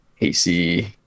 AC